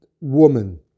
woman